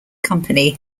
company